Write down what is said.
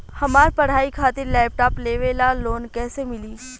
हमार पढ़ाई खातिर लैपटाप लेवे ला लोन कैसे मिली?